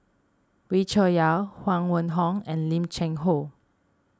Wee Cho Yaw Huang Wenhong and Lim Cheng Hoe